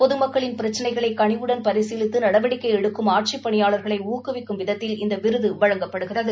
பொதுமக்களின் பிரச்சினைகளை கனிவுடன் பரிசீலித்து நடவடிக்கை எடுக்கும் ஆட்சிப் பணியாளர்களை ஊக்குவிக்கும் விதத்தில் இந்த விருது வழங்கப்படுகிறது